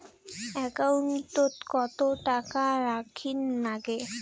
একাউন্টত কত টাকা রাখীর নাগে?